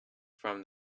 from